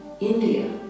India